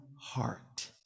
heart